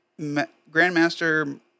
Grandmaster